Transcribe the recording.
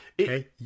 okay